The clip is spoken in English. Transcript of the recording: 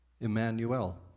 Emmanuel